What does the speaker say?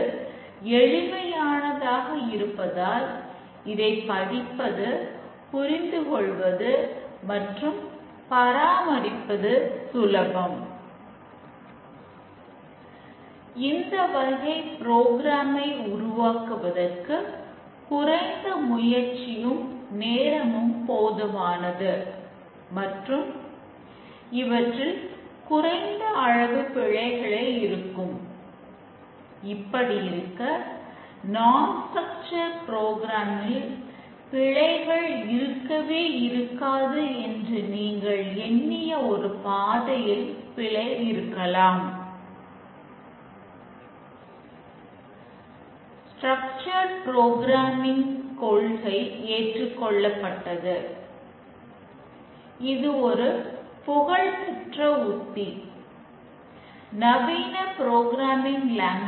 இது எளிமையானதாக இருப்பதால் இதை படிப்பது புரிந்து கொள்வது மற்றும் பராமரிப்பது சுலபம் இந்த வகை ப்ரோக்ராம் பிழை இருக்கவே இருக்காது என்று நீங்கள் எண்ணிய ஒரு பாதையில் பிழை இருக்கலாம்